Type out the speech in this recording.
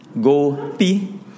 Go-P